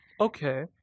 Okay